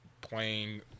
playing